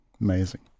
Amazing